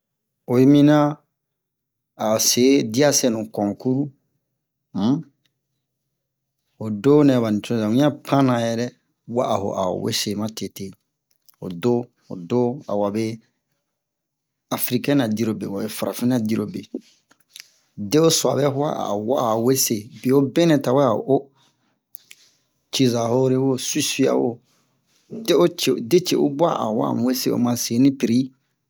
o yi minian a o se'e dia sɛnu concuru um ho do nɛ ba nucoza wian panna yɛ dɛ wa'aho a ho wese matete ho do ho do a wabe afrikɛnan dirobe wabe farafinna dirobe de'o suwabɛ hua a o wa'aho wese bewobe nɛ tawɛ a o'o ciza hore-wo suwi sio-wo de o ce de ce'u bua a o wa'amu wese o ma ce mu prix